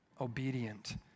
obedient